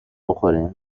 بخوریم